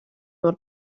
mor